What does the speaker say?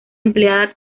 empleada